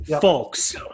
Folks